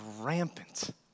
rampant